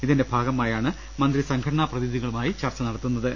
ഇതിന്റെ ഭാഗമായാണ് മന്ത്രി സംഘടനാ പ്രതിനിധികളുമായി ചർച്ച നടത്തു ന്നത്